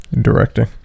directing